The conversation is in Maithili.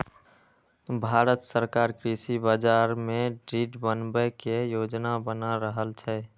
भांरत सरकार कृषि बाजार कें दृढ़ बनबै के योजना बना रहल छै